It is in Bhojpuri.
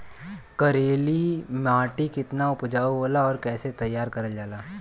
करेली माटी कितना उपजाऊ होला और कैसे तैयार करल जाला?